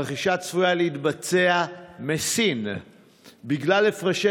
הרכישה צפויה להתבצע מסין בגלל הפרשי